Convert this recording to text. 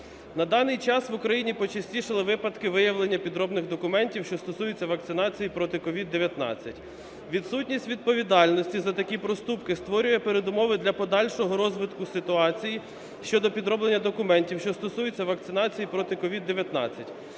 На даний час в Україні почастішали випадки виявлення підробних документів, що стосуються вакцинації проти COVID-19. Відсутність відповідальності за такі проступки створює передумови для подальшого розвитку ситуації щодо підроблення документів, що стосуються вакцинації проти COVID-19,